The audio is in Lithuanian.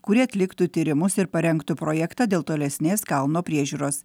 kurie atliktų tyrimus ir parengtų projektą dėl tolesnės kalno priežiūros